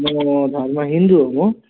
मेरो धर्म हिन्दू हो म